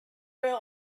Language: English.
rail